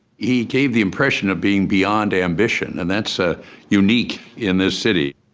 he gave the impression of being beyond ambition, and that's ah unique in this city.